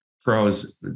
pros